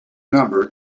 number